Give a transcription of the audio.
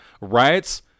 riots